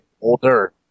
older